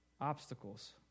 obstacles